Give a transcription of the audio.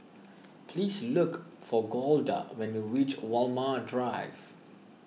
please look for Golda when you reach Walmer Drive